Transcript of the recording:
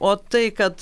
o tai kad